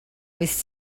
was